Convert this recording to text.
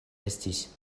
estis